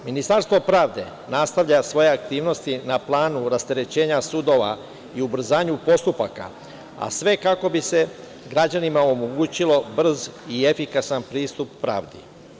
Ministarstvo pravde nastavlja svoje aktivnosti na planu rasterećenja sudova i ubrzanju postupaka, a sve kako bi se građanima omogućio brz i efikasan pristup pravdi.